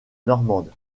normande